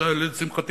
לשמחתי,